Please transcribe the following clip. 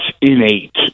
innate